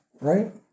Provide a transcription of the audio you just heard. right